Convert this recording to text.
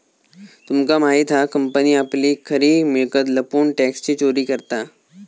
तुमका माहित हा कंपनी आपली खरी मिळकत लपवून टॅक्सची चोरी करता